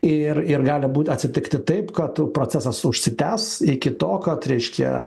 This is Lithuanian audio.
ir ir gali būt atsitikti taip kad procesas užsitęs iki to kad reiškia